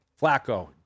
Flacco